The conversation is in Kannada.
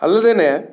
ಅಲ್ಲದೆನೇ